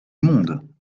monde